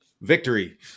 Victory